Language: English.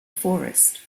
forest